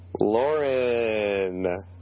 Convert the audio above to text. Lauren